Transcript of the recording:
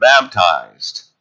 baptized